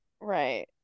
right